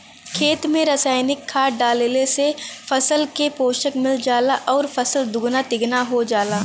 खेत में रासायनिक खाद डालले से फसल के पोषण मिल जाला आउर फसल दुगुना तिगुना हो जाला